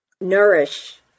nourish